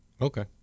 Okay